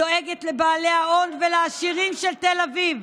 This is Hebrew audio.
דואגת לבעלי ההון ולעשירים של תל אביב,